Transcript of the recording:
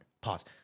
Pause